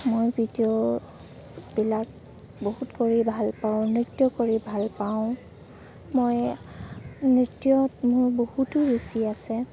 মই ভিডিঅ'বিলাক বহুত কৰি ভাল পাওঁ নৃত্য কৰি ভাল পাওঁ মই নৃত্যত মোৰ বহুতো ৰুচি আছে